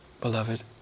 beloved